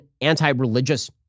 anti-religious